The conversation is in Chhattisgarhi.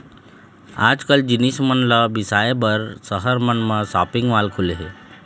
आजकाल जिनिस मन ल बिसाए बर सहर मन म सॉपिंग माल खुले हे